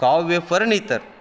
ಕಾವ್ಯ ಪರಿಣಿತರು